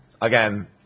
again